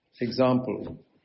Example